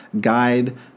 guide